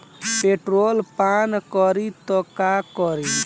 Petrol पान करी त का करी?